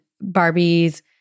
Barbie's